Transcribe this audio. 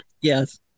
Yes